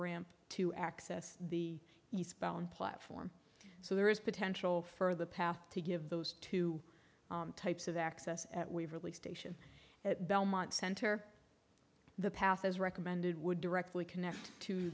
ramp to access the eastbound platform so there is potential for the path to give those two types of access at waverley station at belmont center the path as recommended would directly connect to